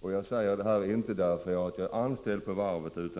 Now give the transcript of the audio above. Detta säger jag inte därför att jag är anställd på varvet.